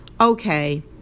Okay